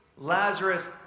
Lazarus